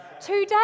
Today